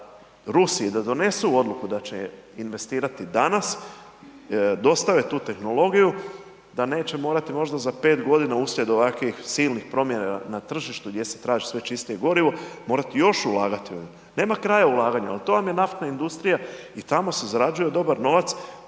Rusi i da donesu odluku da će investirati danas, dostave tu tehnologiju, da neće morati možda za 5 g. uslijed ovakvih silnih promjena na tržištu gdje se traži sve čistije gorivo, morati još ulagati. Nema kraja ulaganju ali to vam je naftna industrija i tamo se zarađuje dobar novac